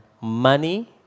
money